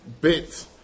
bit